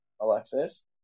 Alexis